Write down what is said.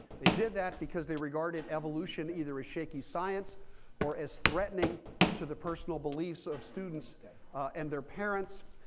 they did that because they regarded evolution either as shaky science or as threatening to the personal beliefs of students and their parents.